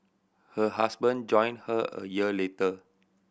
her husband joined her a year later